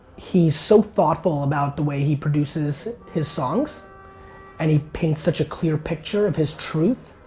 he's so thoughtful about the way he produces his songs and he paints such a clear picture of his truth.